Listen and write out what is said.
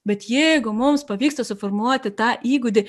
bet jeigu mums pavyksta suformuoti tą įgūdį